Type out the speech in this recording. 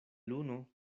luno